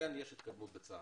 כן יש התקדמות בצה"ל.